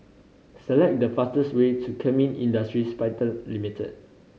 select the fastest way to Kemin Industries Pte Limited